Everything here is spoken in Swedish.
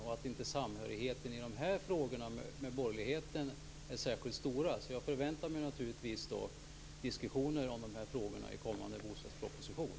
Samhörigheten med borgerligheten är inte särskilt stor i de här frågorna. Därför förväntar jag mig naturligtvis diskussioner om de här frågorna i kommande bostadsproposition.